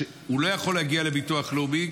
הוא לא יכול להגיע לביטוח לאומי,